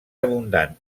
abundant